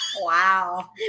wow